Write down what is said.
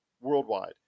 worldwide